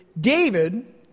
David